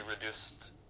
reduced